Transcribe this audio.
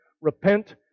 Repent